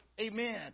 Amen